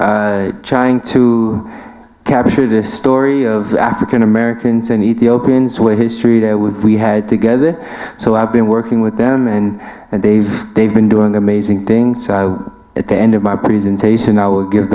here trying to capture the story of african americans and ethiopians what history there was we had together so i've been working with them and they've they've been doing amazing things at the end of my presentation i will give